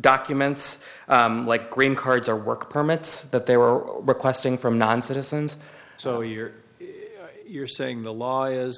documents like green cards or work permits that they were requesting from non citizens so you're you're saying the law is